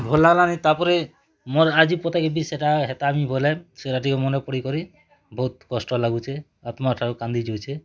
ଭଲ୍ ଲାଗ୍ଲା ନି ତା'ର୍ପରେ ମୋର୍ ଆଖି ପତାକେ ବି ସେଟା ହଟାମି ବୋଏଲେ ସେଟା ଟିକେ ମନେ ପଡ଼ିକରି ବହୁତ୍ କଷ୍ଟ ଲାଗୁଛେ ଆତ୍ମା ଠାରୁ କାନ୍ଦି ଯାଉଛେ